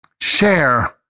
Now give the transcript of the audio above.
share